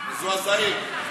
מזועזעים.